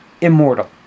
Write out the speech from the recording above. immortal